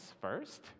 first